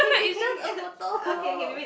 is just a photo